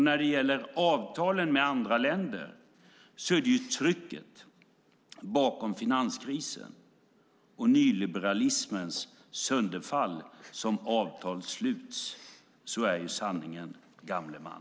När det gäller avtalen med andra länder är det trycket bakom finanskrisen och nyliberalismens sönderfall som har gjort att avtal sluts. Så är sanningen, gamle man!